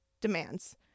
demands